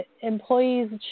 employees